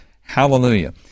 Hallelujah